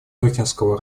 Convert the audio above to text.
дохинского